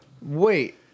Wait